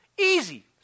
Easy